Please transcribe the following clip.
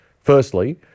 Firstly